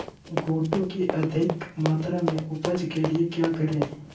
गोटो की अधिक मात्रा में उपज के लिए क्या करें?